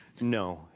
No